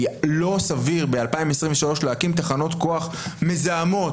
כי לא סביר ב-2023 להקים תחנות כוח מזהמות,